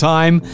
Time